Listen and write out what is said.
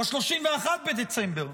31 בדצמבר,